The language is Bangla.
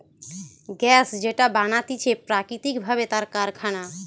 গ্যাস যেটা বানাতিছে প্রাকৃতিক ভাবে তার কারখানা